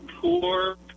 poor